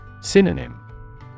Synonym